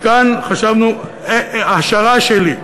כאן חשבנו, השערה שלי.